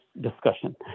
discussion